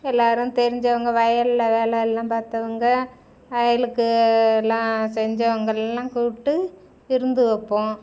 எல்லோரும் தெரிஞ்சவங்க வயலில் வேலையெல்லாம் பார்த்தவுங்க வயலுக்கு எல்லாம் செஞ்சவங்கள்லாம் கூப்பிட்டு விருந்து வைப்போம்